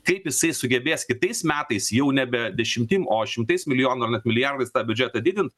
kaip jisai sugebės kitais metais jau nebe dešimtim o šimtais milijonų ar net milijardais biudžetą didint